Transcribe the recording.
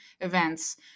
events